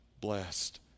blessed